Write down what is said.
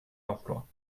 l’emploi